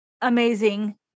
amazing